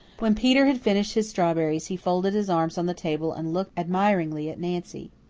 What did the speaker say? when peter had finished his strawberries he folded his arms on the table and looked admiringly at nancy.